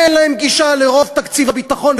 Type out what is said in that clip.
אין להם גישה לרוב תקציב הביטחון,